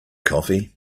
coffee